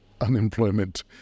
unemployment